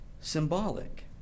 symbolic